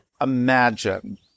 imagine